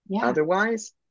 Otherwise